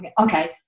okay